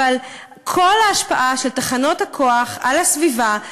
אבל כל ההשפעה של תחנות הכוח על הסביבה,